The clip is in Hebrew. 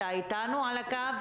האם אתה איתנו על הקו?